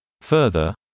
Further